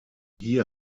hier